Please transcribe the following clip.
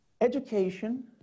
education